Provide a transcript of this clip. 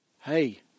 hey